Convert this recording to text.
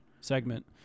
segment